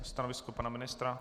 Stanovisko pana ministra?